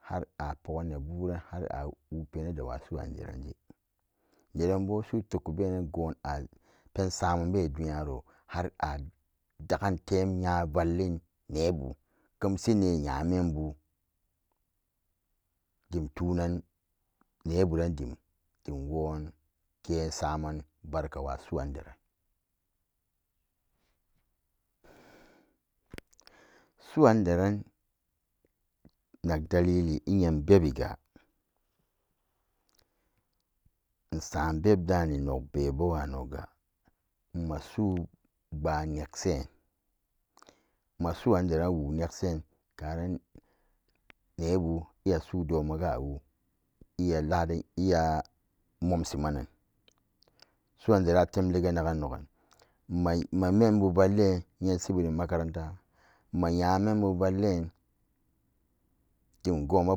Har a poggan neburan har a'wupena dewa su'an deranje nedonbo su'u tebku benan go'on a pensamenbe duniyaro har'a dagontem nya vallin nebu kemsine nyamembu dim tunan neburan dim dimwon keen saman barka wa su'an deran su'an deran nag dalili eyam bebbiga insam bebdani nogbe bewa nogga nma su'u pba neksin ma su'an deran woo neksen karan nebu iya su'u doma gawu iya laben iya momsuma nan su'an deran a tem legga naggani nog'an nma-memembu vollen yensibuni makarant ma-nyamembu vallen dim go'on ba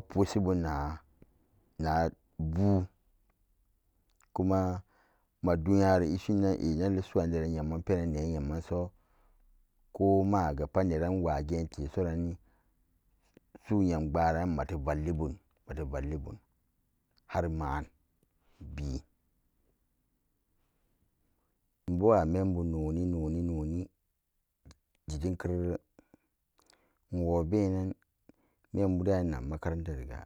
pushibun-na, nabu'u kumu ma duniyaro ishinan eh nanlai su'an deran yamman penan ne yammanso ko magapat neranwa geen tesoranni su'u yam pboran matevallinbun matevallibun harma'an bein inbewa membu noni-noni dittimkerere nwa benan membuda'an enak makarantarigu.